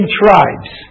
tribes